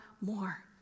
more